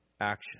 action